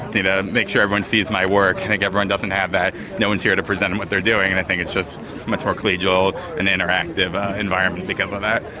you know, make sure everyone sees my work. i think everyone doesn't have that. no-one's here to present what they're doing and i think it's just a much more collegial and interactive ah environment because of that.